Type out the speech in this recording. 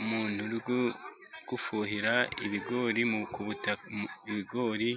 Umuntu uri gufuhira ibigori, ibigori,